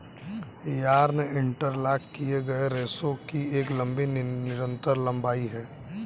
yarn interlock किए गए रेशों की एक लंबी निरंतर लंबाई है